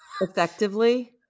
effectively